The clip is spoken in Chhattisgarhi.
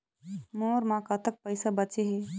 मोर म कतक पैसा बचे हे?